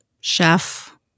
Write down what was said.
chef